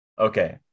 okay